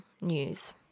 news